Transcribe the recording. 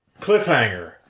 cliffhanger